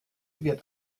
wird